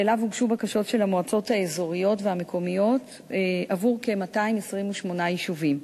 שאליו הוגשו בקשות של המועצות האזוריות והמקומיות עבור 228 יישובים.